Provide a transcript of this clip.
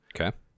Okay